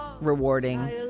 rewarding